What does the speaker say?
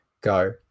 go